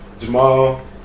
Jamal